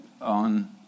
on